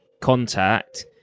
contact